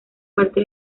parte